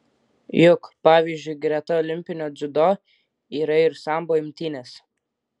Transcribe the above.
juk pavyzdžiui greta olimpinio dziudo yra ir sambo imtynės